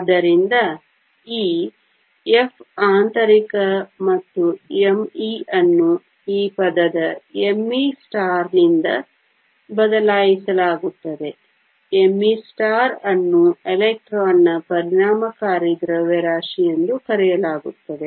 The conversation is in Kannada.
ಆದ್ದರಿಂದ ಈ F ಆಂತರಿಕ ಮತ್ತು m e ಅನ್ನು ಈ ಪದ me ನಿಂದ ಬದಲಾಯಿಸಲಾಗುತ್ತದೆ me ಅನ್ನು ಎಲೆಕ್ಟ್ರಾನ್ನ ಪರಿಣಾಮಕಾರಿ ದ್ರವ್ಯರಾಶಿ ಎಂದು ಕರೆಯಲಾಗುತ್ತದೆ